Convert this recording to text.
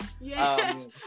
Yes